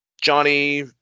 Johnny